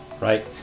right